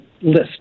list